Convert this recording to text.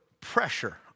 pressure